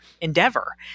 endeavor